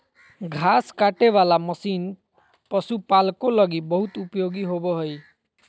घास काटे वाला मशीन पशुपालको लगी बहुत उपयोगी होबो हइ